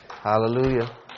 Hallelujah